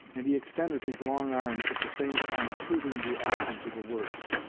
and he extended his long arms, at the same time suiting the action to the words.